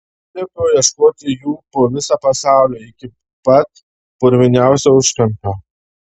paliepiau ieškoti jų po visą pasaulį iki pat purviniausio užkampio